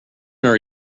are